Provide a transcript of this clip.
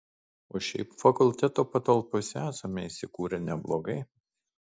o šiaip fakulteto patalpose esame įsikūrę neblogai